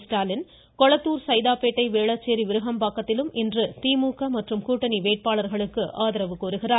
ஸ்டாலின் கொளத்தார் சைதாப்பேட்டை வேளச்சேரி விருகம்பாக்கத்தில் இன்று திமுக மற்றும் கூட்டணி வேட்பாளர்களுக்கு ஆதரவு கோருகிறார்